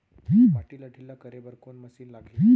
माटी ला ढिल्ला करे बर कोन मशीन लागही?